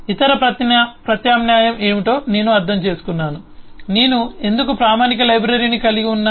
ఇతర ప్రత్యామ్నాయం ఏమిటో నేను అర్థం చేసుకున్నాను నేను ఎందుకు ప్రామాణిక లైబ్రరీని కలిగి ఉన్నాను